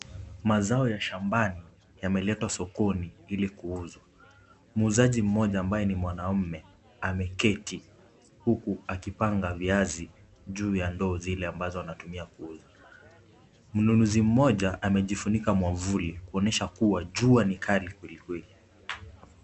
Mazao ya shambani yameletwa sokoni ili kuuzwa. Muuzaji mmoja ambaye ni mwanaume ameketi huku akipanga viazi juu ya ndoo zile ambazo anatumia kuuza. Mnunuzi mmoja amejifunika mwavuli kuonyesha kuwa jua ni kali kweli kweli.